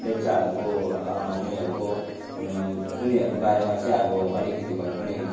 लेप्चाहरूको उनीहरूको उनीहरूको बारेमा चाहिँ अब अलिकति भए पनि